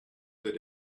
that